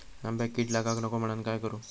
आंब्यक कीड लागाक नको म्हनान काय करू?